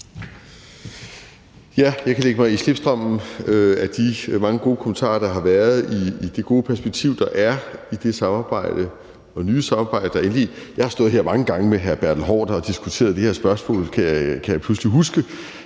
Jeg kan lægge mig i slipstrømmen af disse mange gode kommentarer, i forhold til det gode perspektiv, der er i det nye samarbejde, eller nye samarbejde: Jeg har stået her mange gange med hr. Bertel Haarder og diskuteret det her spørgsmål, kan jeg pludselig huske,